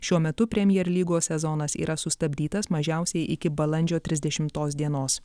šiuo metu premjer lygos sezonas yra sustabdytas mažiausiai iki balandžio trisdešimtos dienos